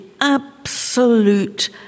absolute